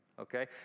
Okay